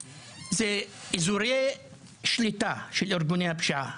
מדובר באזורי שליטה של ארגוני הפשיעה.